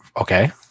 Okay